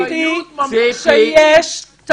כזה,